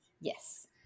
Yes